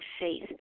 faith